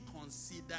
consider